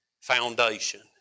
foundation